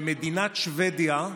במדינת שבדיה,